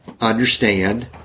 understand